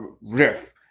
riff